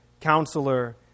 Counselor